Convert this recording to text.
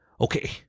Okay